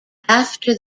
after